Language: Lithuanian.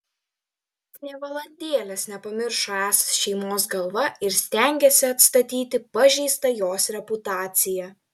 jis nė valandėlės nepamiršo esąs šeimos galva ir stengėsi atstatyti pažeistą jos reputaciją